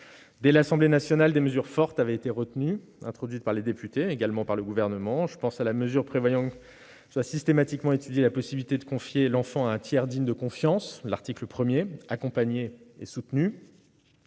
par l'Assemblée nationale, des mesures fortes avaient été retenues, introduites par les députés, mais également par le Gouvernement. Je pense ainsi à la mesure prévoyant, à l'article 1, d'étudier systématiquement la possibilité de confier l'enfant à un tiers digne de confiance, accompagné et soutenu,